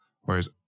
Whereas